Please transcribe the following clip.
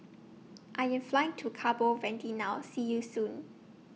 I Am Flying to Cabo Verde now See YOU Soon